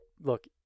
look